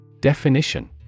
Definition